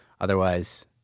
Otherwise